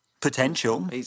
Potential